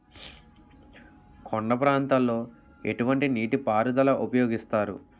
కొండ ప్రాంతాల్లో ఎటువంటి నీటి పారుదల ఉపయోగిస్తారు?